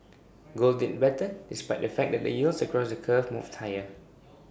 gold did better despite the fact that the yields across the curve moved higher